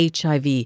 HIV